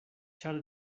ĉar